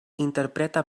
interpreta